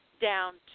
down